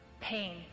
pain